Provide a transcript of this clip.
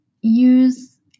use